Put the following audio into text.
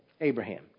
Abraham